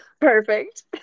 perfect